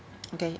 okay